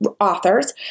authors